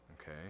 okay